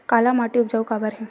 काला माटी उपजाऊ काबर हे?